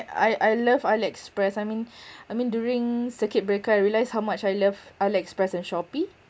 I I love Aliexpress I mean I mean during circuit breaker I realise how much I love Aliexpress and Shopee